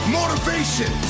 motivation